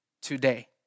today